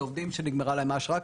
זה עובדים שנגמרה להם האשרה,